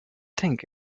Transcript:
think